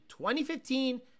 2015